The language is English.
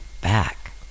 back